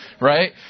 right